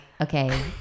okay